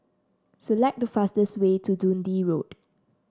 select the fastest way to Dundee Road